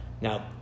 Now